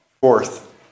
Fourth